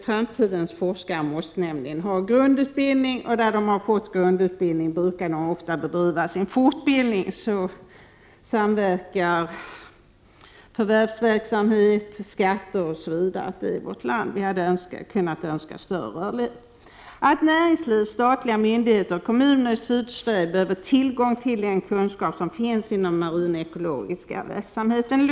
Framtidens forskare måste nämligen först få sin grundutbildning, och där de har fått denna brukar de förlägga sin fortbildning. På det sättet samverkar förvärvsverksamhet, skatter m.m. i vårt land. Det vore önskvärt med en större rörlighet. Näringsliv, statliga myndigheter och kommuner i Sydsverige behöver tillgång till den kunskap som finns inom den marinekologiska verksamheten i Lund.